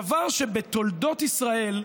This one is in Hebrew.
דבר שבתולדות ישראל,